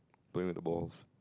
playing with the balls